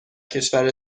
کشور